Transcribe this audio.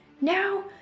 Now